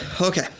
okay